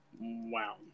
Wow